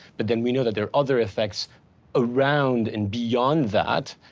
but then we know that there are other effects around and beyond that,